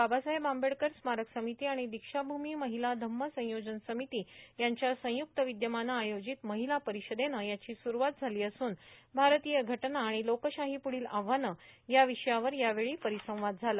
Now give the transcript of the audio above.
बाबासाहेब आंबेडकर स्मारक समिती आणि दीक्षाभूमी महिला धम्म संयोजन समिती यांच्या संयुक्त विद्यमानं आयोजित महिला परिषदेनं याची सुरवात झाली असून भारतीय घटना आणि लोकशाहीपुढील आव्हानं या विषयावर यावेळी परिसंवाद झाला